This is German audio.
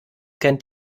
kennt